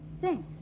Thanks